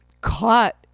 caught